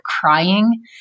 crying